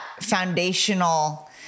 foundational